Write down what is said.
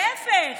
להפך,